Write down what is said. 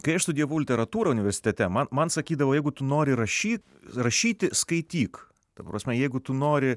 kai aš studijavau literatūrą universitete man man sakydavo jeigu tu nori rašy rašyti skaityk ta prasme jeigu tu nori